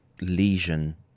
lesion